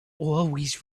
always